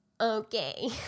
okay